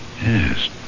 Yes